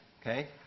okay